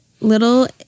little